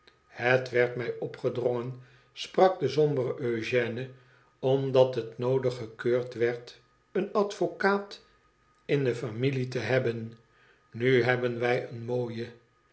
het werd mij opgedrongen sprak de sombere eugène omdat het noodig gekeurd werd een advocaat in de familie te hebben nu hebben wij een mooien